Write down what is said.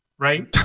right